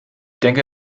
denke